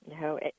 No